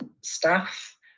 staff